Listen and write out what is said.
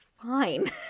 fine